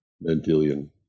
Mendelian